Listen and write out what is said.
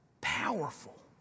Powerful